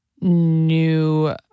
new